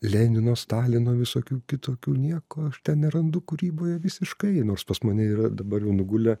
lenino stalino visokių kitokių nieko aš ten nerandu kūryboje visiškai nors pas mane yra dabar jau nugulę